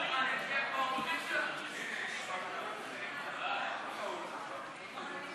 ההצעה להעביר את הצעת חוק אמנות הבנקים